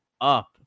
up